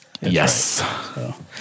Yes